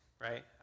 right